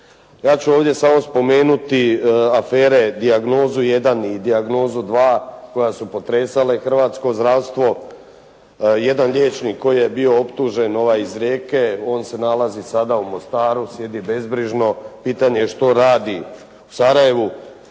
Ja ću ovdje samo spomenuti afere “Dijagnozu 1“ i “Dijagnoza 2“ koje su potresale hrvatsko zdravstvo. Jedan liječnik koji je bio optužen ovaj iz Rijeke, on se nalazi sada u Mostaru. Sjedi bezbrižno. Pitanje što radi u Sarajevu?